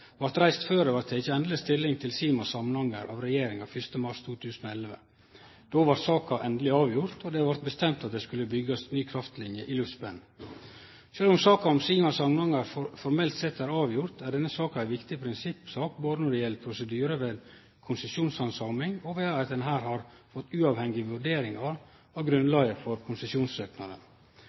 kraftlinjer, vart reist før det var teke endeleg stilling til Sima–Samnanger av regjeringa 1. mars 2011. Då vart saka endeleg avgjord, og det vart bestemt at det skulle byggjast ny kraftlinje i luftspenn. Sjølv om saka om Sima–Samnanger formelt sett er avgjord, er denne saka ei viktig prinsippsak både når det gjeld prosedyre ved konsesjonshandsaming, og ved at ein her har fått uavhengige vurderingar av grunnlaget for